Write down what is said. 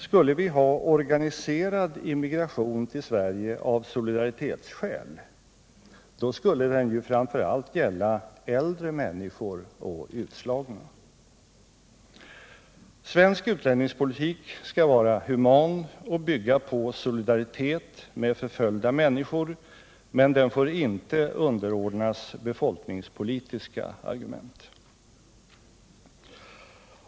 Skulle vi ha organiserad immigration till Sverige av solidaritetsskäl, då skulle den framför allt gälla äldre människor och utslagna. Svensk utlänningspolitik skall vara human och bygga på solidaritet med förföljda människor, men den får inte underordnas befolkningspolitiska argument.